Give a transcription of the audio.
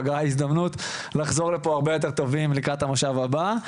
פגרה היא הזדמנות לחזור לפה הרבה יותר טובים לקראת המושב הבא.